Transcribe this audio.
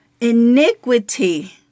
Iniquity